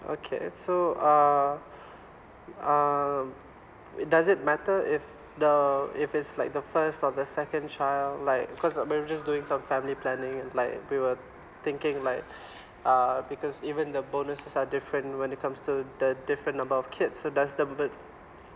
okay so uh um does it matter if the if it's like the first or the second child like because uh maybe just doing some family planning like we were thinking like uh because even the bonuses are different when it comes to the different number of kids so does the